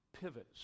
pivots